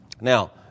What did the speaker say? Now